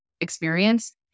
experience